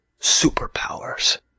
superpowers